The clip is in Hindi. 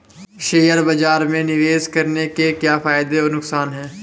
शेयर बाज़ार में निवेश करने के क्या फायदे और नुकसान हैं?